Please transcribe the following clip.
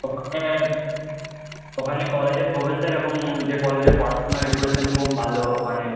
ওখানে ওখানে কলেজের প্রফেসার এবং যে কলেজের পড়াশোনার রেপুটেশন খুব ভালো ওখানে